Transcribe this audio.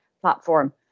platform